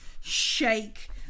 shake